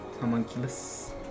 homunculus